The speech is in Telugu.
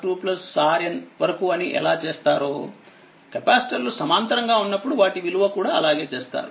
RN వరకు అని ఎలా చేస్తారో కెపాసిటర్లు సమాంతరంగా ఉన్నప్పుడు వాటి విలువ కూడా అలాగే చేస్తారు